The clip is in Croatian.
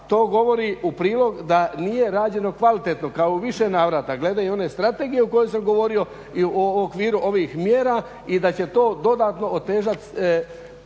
To govori u prilog da nije rađeno kvalitetno kao i u više navrata, glede i one strategije o kojoj sam govorio i u okviru ovih mjera i da će to dodatno otežati